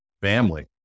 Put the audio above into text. family